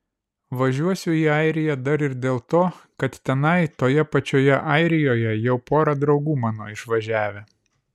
važiuosiu į airiją dar ir dėl to kad tenai toje pačioje airijoje jau pora draugų mano išvažiavę